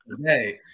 today